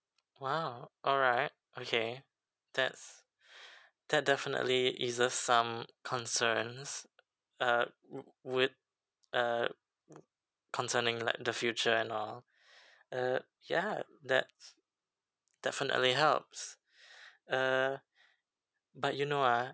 !wow! alright okay that's that definitely eases some concerns err wo~ would uh concerning like the future and all uh ya that's definitely helps uh but you know what